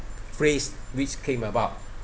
phrase which came about